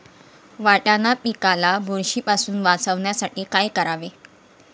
वाटाणा पिकाला बुरशीपासून वाचवण्यासाठी काय करावे?